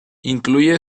incluye